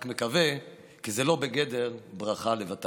אני רק מקווה כי זה לא בגדר ברכה לבטלה.